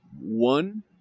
one